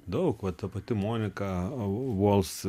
daug va ta pati monika v vols